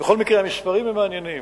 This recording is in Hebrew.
בכל מקרה, המספרים הם מעניינים: